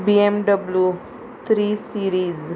BMW three series